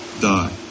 die